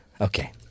Okay